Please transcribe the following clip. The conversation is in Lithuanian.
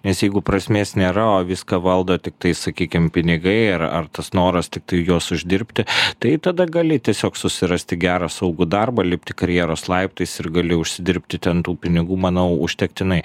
nes jeigu prasmės nėra o viską valdo tiktai sakykim pinigai ir ar tas noras tiktai juos uždirbti tai tada gali tiesiog susirasti gerą saugų darbą lipti karjeros laiptais ir gali užsidirbti ten tų pinigų manau užtektinai